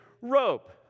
rope